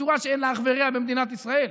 בצורה שאין לה אח ורע במדינת ישראל.